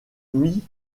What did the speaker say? mis